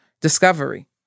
discovery